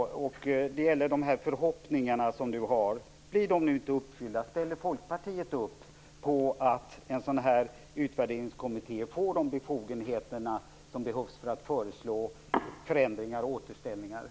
Den gäller de här förhoppningarna som Eva Eriksson har. Om de inte blir uppfyllda, ställer Folkpartiet då upp på att en sådan här utvärderingskommitté får de befogenheter som behövs för att föreslå förändringar och återställanden?